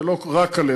זה לא רק כלבת.